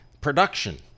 production